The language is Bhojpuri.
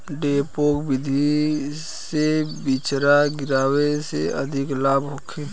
डेपोक विधि से बिचरा गिरावे से अधिक लाभ होखे?